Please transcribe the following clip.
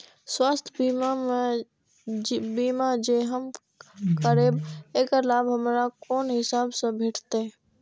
स्वास्थ्य बीमा जे हम करेब ऐकर लाभ हमरा कोन हिसाब से भेटतै?